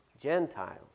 Gentiles